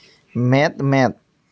ᱢᱮᱫ ᱢᱮᱫ